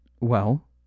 Well